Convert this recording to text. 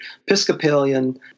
Episcopalian